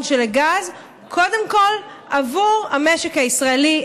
של הגז קודם כול עבור המשק הישראלי,